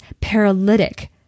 paralytic